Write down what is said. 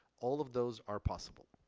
all of those are possible.